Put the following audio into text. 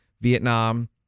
Vietnam